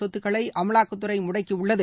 சொத்துக்களை அமலாக்கத்துறை முடக்கியுள்ளது